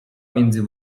między